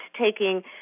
taking